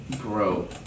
bro